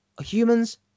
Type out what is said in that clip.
humans